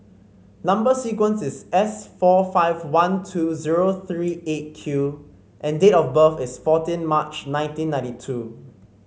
number sequence is S four five one two zero three Eight Q and date of birth is fourteen March nineteen ninety two